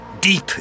deep